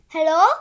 Hello